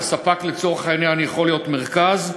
וספק לצורך העניין יכול להיות מרכז,